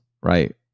right